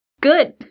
Good